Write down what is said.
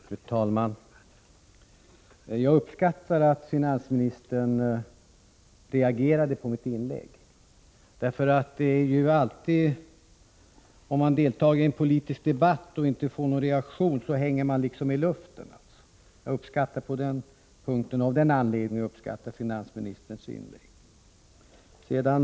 Fru talman! Jag uppskattar att finansministern reagerade på mitt inlägg. Om man deltar i en politisk debatt och inte får någon reaktion, hänger man liksom i luften. Av den anledningen uppskattar jag finansministerns inlägg.